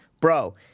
Bro